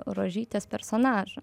rožytės personažą